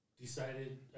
Decided